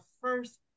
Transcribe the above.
first